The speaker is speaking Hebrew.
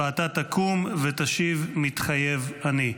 ואתה תקום ותשיב: "מתחייב אני".